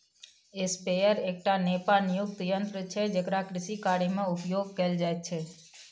sprayer एकटा नोपानियुक्त यन्त्र छै जेकरा कृषिकार्यमे उपयोग कैल जाइत छै